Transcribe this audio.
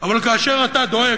אבל כאשר אתה דואג,